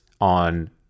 on